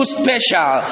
special